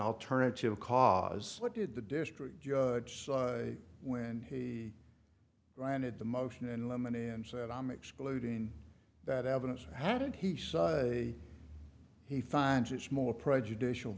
alternative cause what did the district judge when he ranted the motion and lemon and said i'm excluding that evidence how did he say he finds it's more prejudicial